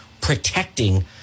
protecting